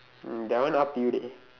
mm that one up to you dey